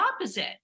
opposite